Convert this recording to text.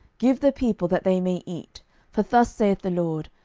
give the people, that they may eat for thus saith the lord,